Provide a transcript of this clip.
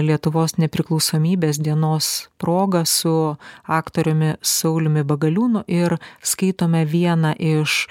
lietuvos nepriklausomybės dienos proga su aktoriumi sauliumi bagaliūnu ir skaitome vieną iš